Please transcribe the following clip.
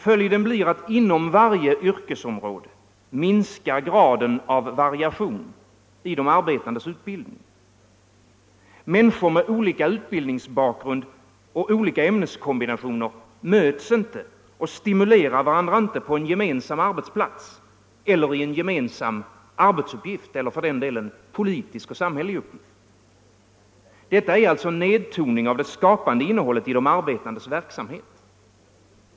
Följden blir att inom varje yrkesområde minskar graden av variation i de arbetandes utbildning. Människor med olika utbildningsbakgrund och olika ämneskombinationer möts inte och stimulerar inte varandra på en gemensam arbetsplats eller i en gemensam arbetsuppgift eller, för den delen, politisk eller samhällelig uppgift. Detta är en nedtoning av det skapande innehållet i de arbetandes verksamhet.